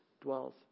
dwells